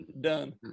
done